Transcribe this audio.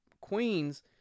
queens